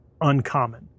uncommon